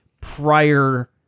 prior